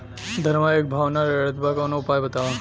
धनवा एक भाव ना रेड़त बा कवनो उपाय बतावा?